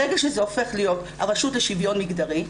ברגע שזה הופך להיות הרשות לשוויון מגדרי,